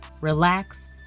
relax